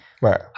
Right